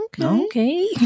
okay